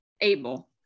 Able